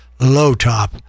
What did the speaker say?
Low-top